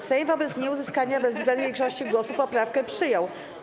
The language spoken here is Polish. Sejm wobec nieuzyskania bezwzględnej większości głosów poprawkę przyjął.